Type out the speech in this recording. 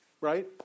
right